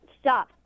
stop